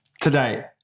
today